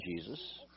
Jesus